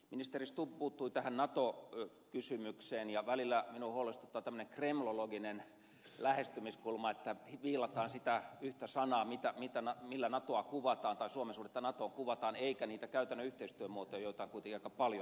ministeri stubb puuttui tähän nato kysymykseen ja välillä minua huolestuttaa tämmöinen kremlologinen lähestymiskulma että viilataan sitä yhtä sanaa millä natoa kuvataan tai suomen suhdetta natoon kuvataan eikä niitä käytännön yhteistyömuotoja joita on kuitenkin aika paljon menossa